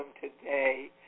today